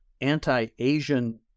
anti-Asian